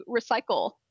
recycle